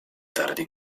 tardi